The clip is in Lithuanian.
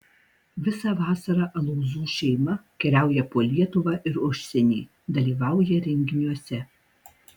visą vasarą alūzų šeima keliauja po lietuvą ir užsienį dalyvauja renginiuose